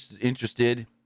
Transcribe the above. interested